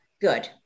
good